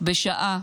"בשעה